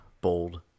bold